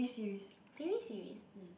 t_v series